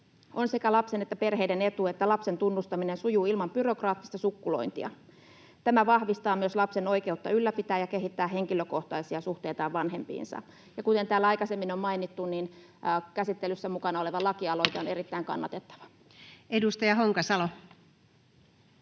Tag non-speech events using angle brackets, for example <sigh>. On sekä lapsen että perheiden etu, että lapsen tunnustaminen sujuu ilman byrokraattista sukkulointia. Tämä vahvistaa myös lapsen oikeutta ylläpitää ja kehittää henkilökohtaisia suhteitaan vanhempiinsa. Ja kuten täällä aikaisemmin on mainittu, niin käsittelyssä mukana oleva lakialoite <noise> on